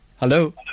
hello